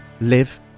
live